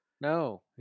No